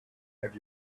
have